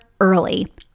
Early